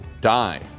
die